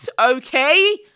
okay